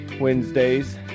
Wednesdays